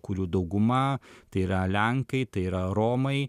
kurių dauguma tai yra lenkai tai yra romai